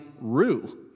rue